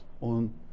on